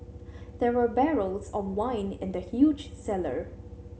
there were barrels of wine in the huge cellar